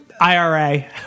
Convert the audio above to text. IRA